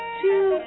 two